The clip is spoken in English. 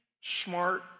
smart